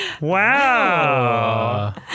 Wow